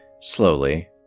slowly